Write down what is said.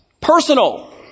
personal